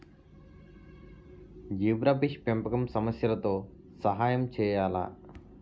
Zebrafish పెంపకం సమస్యలతో సహాయం చేయాలా?